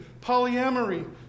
polyamory